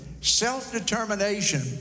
self-determination